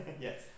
Yes